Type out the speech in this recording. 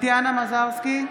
טטיאנה מזרסקי,